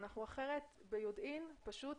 אחרת אנחנו ביודעין פשוט